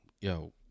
Yo